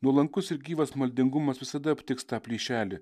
nuolankus ir gyvas maldingumas visada aptiks tą plyšelį